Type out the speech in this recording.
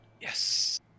Yes